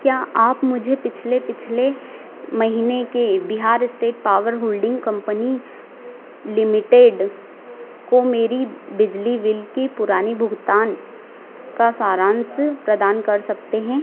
क्या आप मुझे पिछले पिछले महीने के Bihar state power holding company limited को मेरे बिजली बिल की पुरानी भुगतान का सारान्श प्रदान कर सकते हैं